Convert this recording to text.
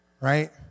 right